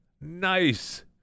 Nice